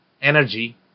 energy